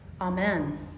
Amen